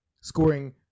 scoring